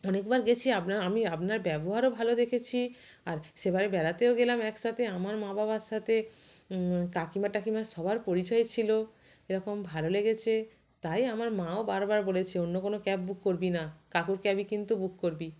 অনেকবার গেছি আপনার আমি আপনার ব্যবহারও ভালো দেখেছি আর সেবারে বেড়াতেও গেলাম একসাথে আমার মা বাবার সাথে কাকিমা টাকিমা সবার পরিচয় ছিলো এরকম ভালো লেগেছে তাই আমার মাও বারবার বলেছে অন্য কোনো ক্যাব বুক করবি না কাকুর ক্যাবই কিন্তু বুক করবি